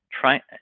Try